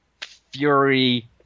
Fury